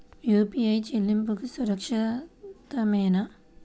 UPI చెల్లింపు సురక్షితమేనా?